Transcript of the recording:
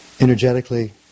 energetically